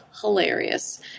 hilarious